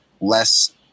less